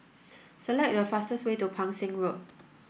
select the fastest way to Pang Seng Road